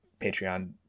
patreon